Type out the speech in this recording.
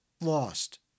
lost